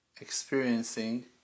experiencing